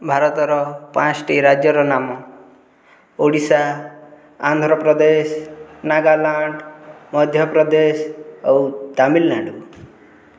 ଭାରତର ପାଞ୍ଚଟି ରାଜ୍ୟର ନାମ ଓଡ଼ିଶା ଆନ୍ଧ୍ରପ୍ରଦେଶ ନାଗାଲାଣ୍ଡ ମଧ୍ୟପ୍ରଦେଶ ଆଉ ତାମିଲନାଡ଼ୁ